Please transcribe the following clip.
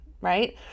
right